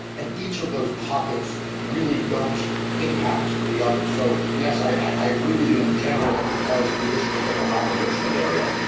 and each of those pockets really don't impact the other. so, yes, i i i agree with you, in general, it would cause redistricting around the richmond area,